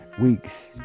weeks